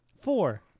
Four